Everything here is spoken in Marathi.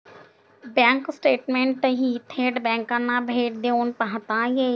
बँक स्टेटमेंटही थेट बँकांना भेट देऊन पाहता येईल